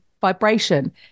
vibration